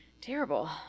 Terrible